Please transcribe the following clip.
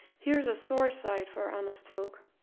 here's a sore sight for honest folk!